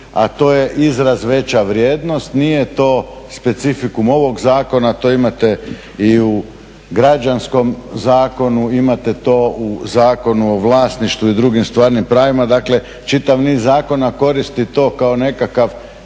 a to je izraz veća vrijednost. Nije to specifikum ovog zakona, to imate i u Građanskom zakonu, imate to u Zakonu o vlasništvu i drugim stvarnim pravima. Dakle, čitav niz zakona koristi to kao nekakav